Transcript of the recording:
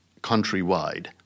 countrywide